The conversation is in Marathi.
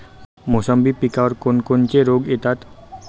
मोसंबी पिकावर कोन कोनचे रोग येतात?